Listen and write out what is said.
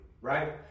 right